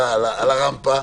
על הרמפה